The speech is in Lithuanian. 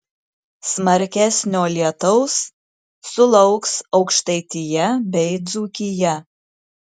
smarkesnio lietaus sulauks aukštaitija bei dzūkija